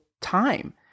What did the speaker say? time